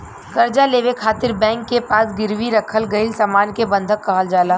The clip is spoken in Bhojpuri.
कर्जा लेवे खातिर बैंक के पास गिरवी रखल गईल सामान के बंधक कहल जाला